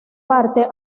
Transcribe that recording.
parte